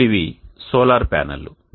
ఇప్పుడు ఇవి సోలార్ ప్యానెల్లు